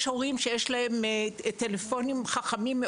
יש הורים שיש להם טלפונים חכמים,